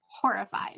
horrified